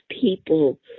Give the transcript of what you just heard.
people